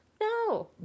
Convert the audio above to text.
No